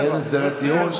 כי אין הסדרי דיון.